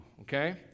Okay